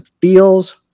feels